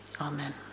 Amen